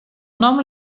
nom